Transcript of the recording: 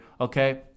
okay